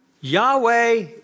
Yahweh